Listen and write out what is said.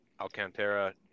Alcantara